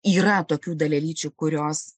yra tokių dalelyčių kurios